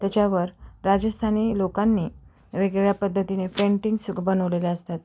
त्याच्यावर राजस्थानी लोकांनी वेगवेगळ्या पद्धतीने पेंटिंग्स बनवलेले असतात